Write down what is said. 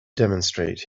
demonstrate